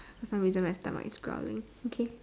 for some reason my stomach is growling okay